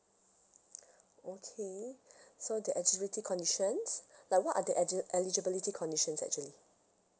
okay so there're actually three conditions like what are the eligi~ eligibility conditions actually